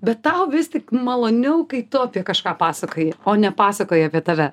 bet tau vis tik maloniau kai tu apie kažką pasakoji o ne pasakoja apie tave